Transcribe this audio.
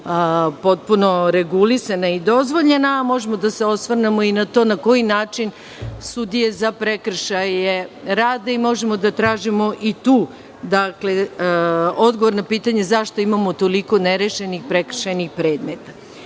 potpuno regulisana i dozvoljena, a možemo da se osvrnemo i na to, na koji način sudije za prekršaje rade i možemo da tražimo i tu odgovor na pitanje zašto imamo toliko nerešenih prekršajnih predmeta. Nerešeni